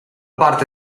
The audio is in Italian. parte